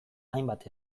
hainbat